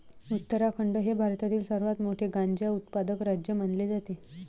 उत्तराखंड हे भारतातील सर्वात मोठे गांजा उत्पादक राज्य मानले जाते